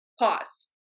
Pause